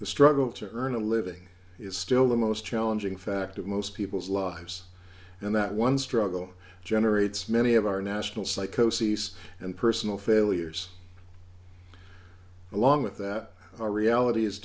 the struggle to earn a living is still the most challenging fact of most people's lives and that one struggle generates many of our national psychosis and personal failures along with that our reality is